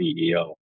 CEO